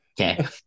okay